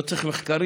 לא צריך מחקרים,